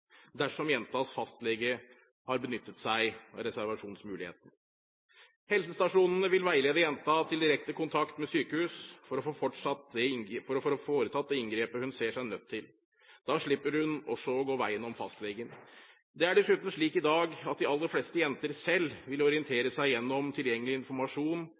dersom jentas fastlege har benyttet seg av reservasjonsretten. Helsestasjonene vil veilede jenta til direkte kontakt med sykehus for å få foretatt det inngrepet hun ser seg nødt til. Da slipper hun også å gå veien om fastlegen. Det er dessuten slik i dag at de aller fleste jenter gjennom tilgjengelig informasjon selv vil